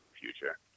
future